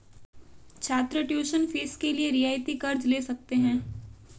छात्र tuition fees के लिए रियायती कर्ज़ ले सकते हैं